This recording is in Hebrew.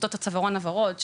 עובדות הצווארון הוורוד.